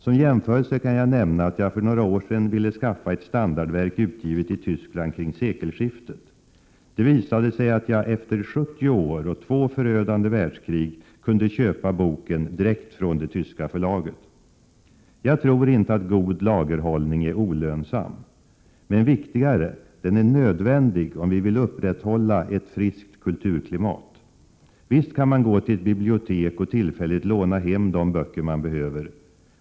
Som jämförelse kan jag nämna att jag för några år sedan ville skaffa mig ett standardverk utgivet i Tyskland kring sekelskiftet. Det visade sig att jag — efter över 70 år och två förödande världskrig — kunde köpa boken direkt från det tyska förlaget. Jag tror inte att en god lagerhållning är olönsam. Men viktigare: Den är nödvändig om vi vill upprätthålla ett friskt kulturklimat. Visst kan man gå till ett bibliotek och tillfälligt låna hem de böcker man behöver.